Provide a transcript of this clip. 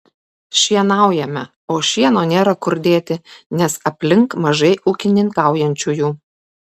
šienaujame o šieno nėra kur dėti nes aplink mažai ūkininkaujančiųjų